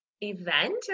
event